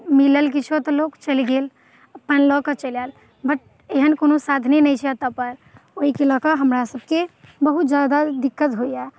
मिलल किछु तऽ लोक चलि गेल अपन लऽ कऽ चलि आएल बट एहन कोनो साधने नहि छै एतऽ पर ओहिके लऽ कऽ हमरासबके बहुत ज्यादा दिक्कत होइए